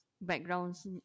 backgrounds